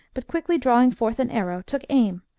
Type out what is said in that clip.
but quickly drawing forth an arrow, took aim,